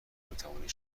میتوانید